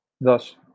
thus